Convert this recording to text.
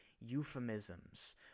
euphemisms